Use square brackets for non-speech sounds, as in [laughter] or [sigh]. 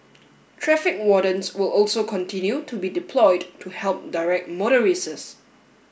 traffic wardens will also continue to be deployed to help direct [unintelligible]